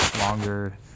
longer